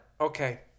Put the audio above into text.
Okay